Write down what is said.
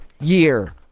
year